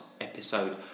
episode